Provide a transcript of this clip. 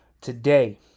today